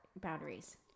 boundaries